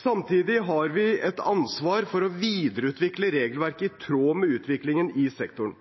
Samtidig har vi et ansvar for å videreutvikle regelverket i tråd med utviklingen i sektoren.